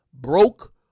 broke